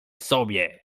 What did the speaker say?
sobie